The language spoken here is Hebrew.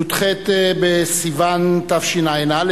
י"ח בסיוון תשע"א,